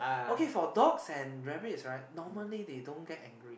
okay for dogs and rabbits right normally they don't get angry